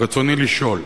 רצוני לשאול: